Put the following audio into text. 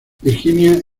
virginia